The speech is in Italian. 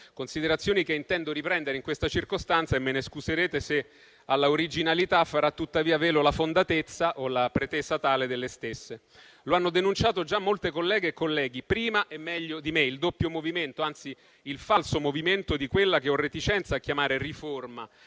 considerazioni che intendo riprendere in questa circostanza e me ne scuserete se all'originalità farà tuttavia velo la fondatezza o la pretesa tale delle stesse. Lo hanno denunciato già molte colleghe e colleghi prima e meglio di me, il doppio movimento, anzi il falso movimento di quella che ho reticenza a chiamare riforma,